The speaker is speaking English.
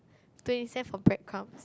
twenty cents for like bread crumb